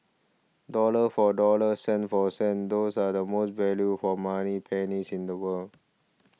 dollar for dollar cent for cent those are the most value for money pennies in the world